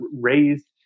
raised